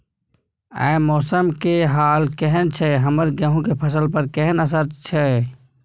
आय मौसम के हाल केहन छै हमर गेहूं के फसल पर केहन असर होय छै?